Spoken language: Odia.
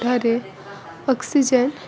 ଠାରେ ଅକ୍ସିଜେନ